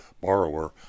borrower